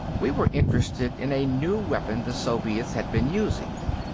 we were interested in a new weapon the soviets have been using,